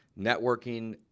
Networking